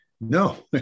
no